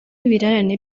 ibirarane